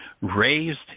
raised